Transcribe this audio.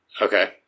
Okay